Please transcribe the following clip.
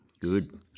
Good